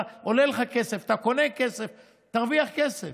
עולה לך כסף, אתה קונה כסף, תרוויח כסף.